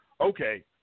okay